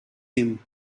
him